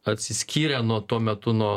atsiskyrė nuo tuo metu nuo